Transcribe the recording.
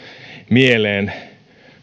mieleen